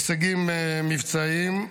הישגים מבצעיים.